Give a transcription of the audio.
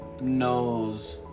knows